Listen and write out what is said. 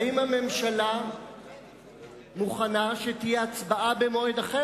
האם הממשלה מוכנה שתהיה הצבעה במועד אחר,